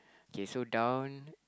K so down